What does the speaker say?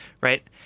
Right